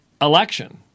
election